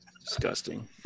disgusting